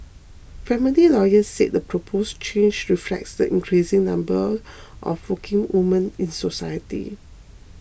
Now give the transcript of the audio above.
family lawyers said the proposed change reflects the increasing number of working women in society